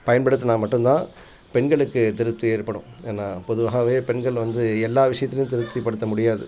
பயன்படுத்துனால் மட்டுந்தான் பெண்களுக்கு திருப்தி ஏற்படும் ஏன்னா பொதுவாகவே பெண்கள் வந்து எல்லா விஷயத்திலும் திருப்திப்படுத்த முடியாது